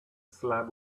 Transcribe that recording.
slab